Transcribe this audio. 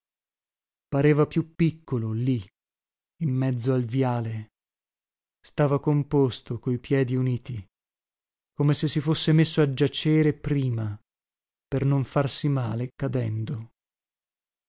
pareva più piccolo lì in mezzo al viale stava composto coi piedi uniti come se si fosse messo a giacere prima per non farsi male cadendo